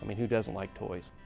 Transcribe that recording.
who doesn't like toys?